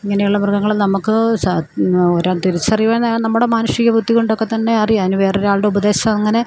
ഇങ്ങനെയുള്ള മൃഗങ്ങളും നമുക്ക് ഒര തിരിച്ചറിവ് തന്നെയാണ് നമ്മുടെ മാനുഷിക ബുദ്ധികൊണ്ടൊക്കെ തന്നെ അറിയാം അതിന് വേറൊരാളുടെ ഉപദേശം അങ്ങനെ